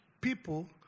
people